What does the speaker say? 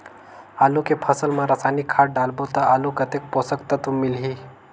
आलू के फसल मा रसायनिक खाद डालबो ता आलू कतेक पोषक तत्व मिलही?